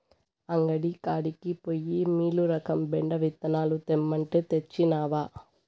అంగడి కాడికి పోయి మీలురకం బెండ విత్తనాలు తెమ్మంటే, తెచ్చినవా